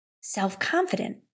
self-confident